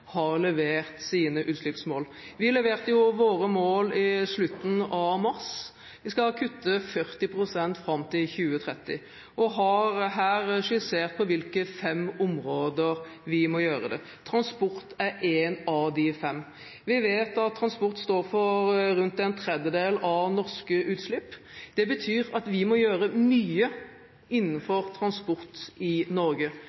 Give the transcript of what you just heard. har levert sine utslippsmål. Vi leverte våre mål i slutten av mars. Vi skal kutte 40 pst. fram til 2030 og har her skissert på hvilke fem områder vi må gjøre det. Transport er ett av de fem. Vi vet at transport står for rundt en tredjedel av norske utslipp. Det betyr at vi må gjøre mye innenfor transport i Norge,